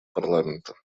парламента